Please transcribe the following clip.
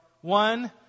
one